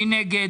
מי נגד?